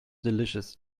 delicious